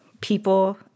people